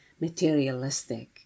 materialistic